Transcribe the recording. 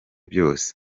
byose